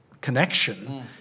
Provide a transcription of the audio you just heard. connection